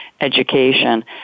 education